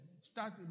start